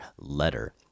letter